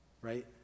Right